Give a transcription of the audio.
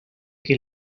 que